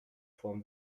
from